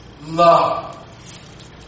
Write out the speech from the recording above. Love